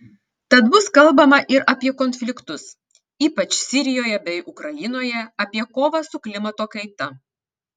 tad bus kalbama ir apie konfliktus ypač sirijoje bei ukrainoje apie kovą su klimato kaita